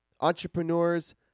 entrepreneurs